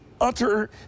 utter